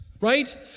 Right